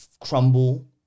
crumble